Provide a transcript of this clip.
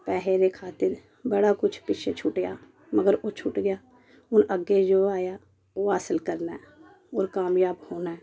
पैहे दी खातिर बड़ा किश पिच्छे छुट्टेआ मगर ओह् छुट गेआ हुन अग्गे जेह्ड़ा आया ओह् हासल करना ऐ और कामयाब होना ऐ